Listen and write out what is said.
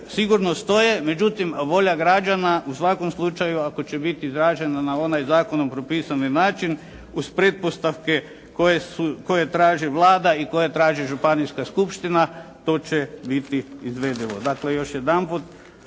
sigurno stoje, međutim volja građana u svakom slučaju ako će biti izrađena na onaj zakonom propisani način uz pretpostavke koje traži Vlada i koje traži županijska skupština, to će biti izvedivo. Dakle još jedanput